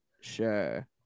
sure